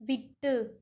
விட்டு